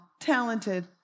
talented